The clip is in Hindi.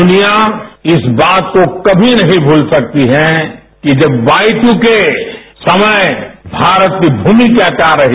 दुनिया इस बात को कमी नहीं भूल सकती है कि जब वाई दू के समय भारत की भूमिका क्या रही